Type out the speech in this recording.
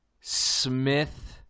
Smith